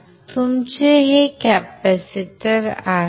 तर हे तुमचे कॅपेसिटर आहे